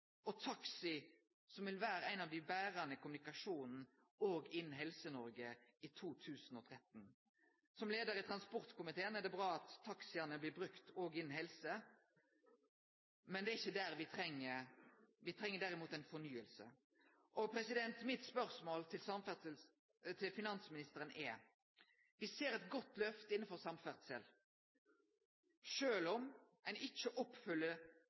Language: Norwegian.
og taxi som vil vere ein av dei berande kommunikasjonane òg innan Helse-Noreg i 2013. Som leiar i transportkomiteen synest eg det er bra at taxiane blir brukte òg innan helse, men det er ikkje det vi treng – vi treng derimot ei fornying. Mitt spørsmål til finansministeren er: Me ser eit godt lyft innanfor samferdsel, sjølv om ein ikkje oppfyller